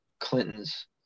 Clintons